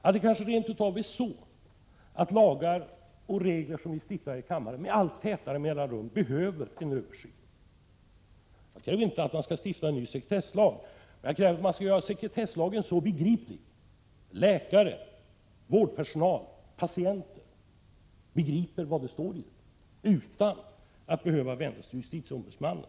Det är kanske rent av så, att lagar och regler som bestäms här i kammaren med allt tätare mellanrum behöver en översyn. Jag kräver inte att man skall stifta en ny sekretesslag, men jag kräver att man gör sekretesslagen så begriplig att läkare, vårdpersonal och patienter begriper den utan att behöva vända sig till justitieombudsmannen.